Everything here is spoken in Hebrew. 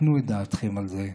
תנו את דעתכם על זה,